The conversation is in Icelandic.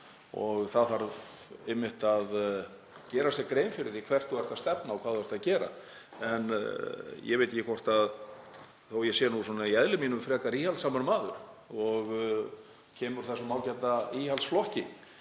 Það þarf einmitt að gera sér grein fyrir því hvert þú ert að stefna og hvað þú ert að gera. En þótt ég sé nú svona í eðli mínu frekar íhaldssamur maður og komi úr þessum ágæta íhaldsflokki